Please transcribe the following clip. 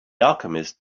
alchemist